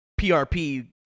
PRP